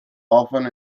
often